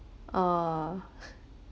oh